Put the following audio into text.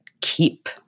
keep